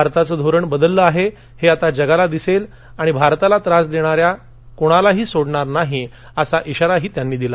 आरताचं धोरण बदललं आहव्विञाता जगाला दिसळी आणि भारताला त्रास दर्जन्या कोणालाही सोडणार नाही असा इशाराही त्यांनी दिला